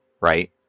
Right